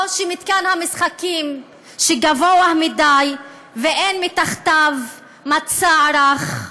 או שמתקן המשחקים גבוה מדי ואין מתחתיו מצע רך,